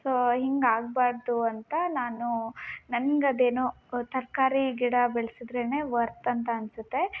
so ಹಿಂಗೆ ಆಗಬಾರ್ದು ಅಂತ ನಾನು ನಂಗೆ ಅದೇನು ತರಕಾರಿ ಗಿಡ ಬೆಳೆಸಿದ್ರೇನೇ ವರ್ತ್ ಅಂತ ಅನ್ನಿಸುತ್ತೆ